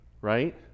Right